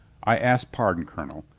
i ask pardon, colonel,